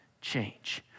change